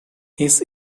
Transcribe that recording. his